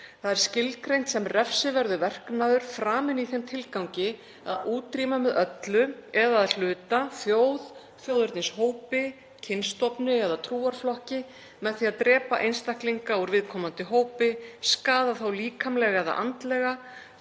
Það er skilgreint sem refsiverður verknaður, framinn í þeim tilgangi að útrýma með öllu eða að hluta þjóð, þjóðernishópi, kynstofni eða trúarflokki með því að drepa einstaklinga úr viðkomandi hópi, skaða þá líkamlega eða andlega,